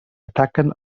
ataquen